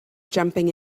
jumping